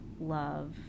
love